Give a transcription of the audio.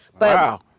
Wow